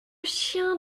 chien